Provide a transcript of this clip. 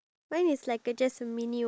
oh gosh